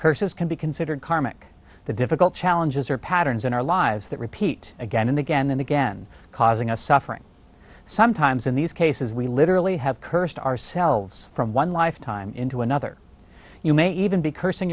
curse is can be considered karmic the difficult challenges are patterns in our lives that repeat again and again and again causing us suffering sometimes in these cases we literally have cursed ourselves from one lifetime into another you may even be cursing